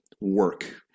work